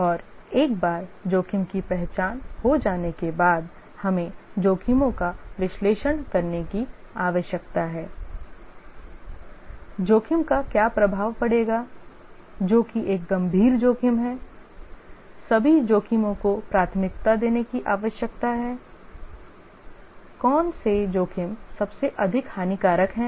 और एक बार जोखिम की पहचान हो जाने के बाद हमें जोखिमों का विश्लेषण करने की आवश्यकता है जोखिम का क्या प्रभाव पड़ेगा जो कि एक गंभीर जोखिम है सभी जोखिमों को प्राथमिकता देने की आवश्यकता है कौन से जोखिम सबसे अधिक हानिकारक हैं